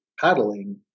paddling